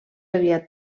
aviat